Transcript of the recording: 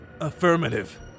Affirmative